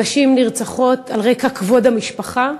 נשים נרצחות על רקע כבוד המשפחה.